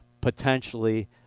potentially